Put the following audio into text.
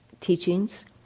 teachings